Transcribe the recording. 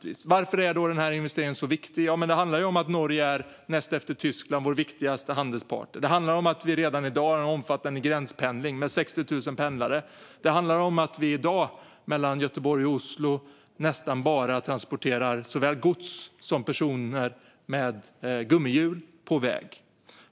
Varför är denna investering så viktig? Det handlar om att Norge näst efter Tyskland är vår viktigaste handelspartner. Det handlar om att vi redan i dag har en omfattande gränspendling med 60 000 pendlare. Det handlar om att vi i dag mellan Göteborg och Oslo nästan bara transporterar såväl gods som personer med gummihjul på väg.